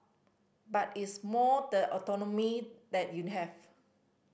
but it's more the autonomy that you have